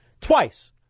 Twice